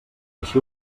així